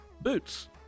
Boots